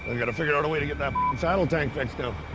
i got to figure out a way to get that saddle tank fixed now.